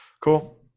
Cool